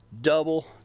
Double